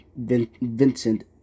Vincent